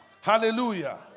Hallelujah